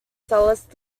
cellist